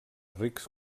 rics